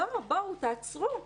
לא, בואו, תעצרו,